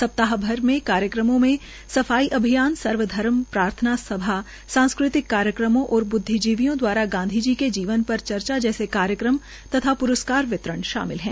सप्ताह भर के कार्यक्रम में सफाई अभियान सर्वधर्म प्रार्थना सभा सांसकृतिक कार्यक्रमों और बृदविजीवियों दवारा गांधी जी के जीवन पर चर्चा जैसे कार्यक्रम तथा प्रस्कार वितरण शामिल है